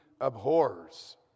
abhors